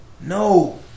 No